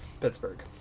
Pittsburgh